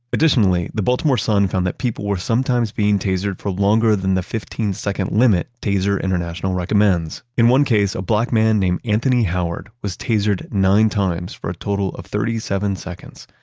additionally, the baltimore sun found that people were sometimes being tasered for longer than the fifteen second limit taser international recommends. in one case, a black man named, anthony howard was tasered nine times for a total of thirty seven seconds.